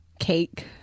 Cake